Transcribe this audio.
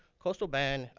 coastal bend,